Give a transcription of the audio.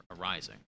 arising